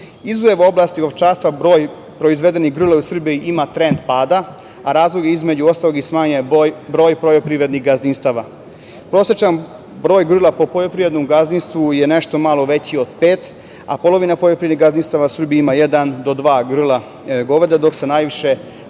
puta. Izuzev oblasti ovčarstva, broj proizvedenih grla u Srbiji ima trend pada, a razlog je, između ostalog, i smanjen broj poljoprivrednih gazdinstava. Prosečan broj grla po poljoprivrednom gazdinstvu je nešto malo veći od pet, a polovina poljoprivrednih gazdinstava u Srbiji ima jedan do dva grla goveda, dok se najviše